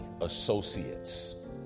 associates